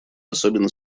особенно